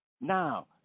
Now